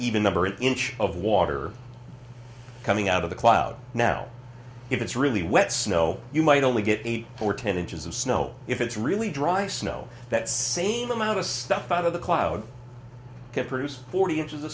even number an inch of water coming out of the cloud now if it's really wet snow you might only get eight or ten inches of snow if it's really dry snow that same amount of stuff out of the clouds to produce forty inches of